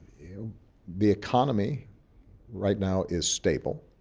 the economy right now is stable.